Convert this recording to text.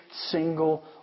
single